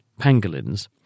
pangolins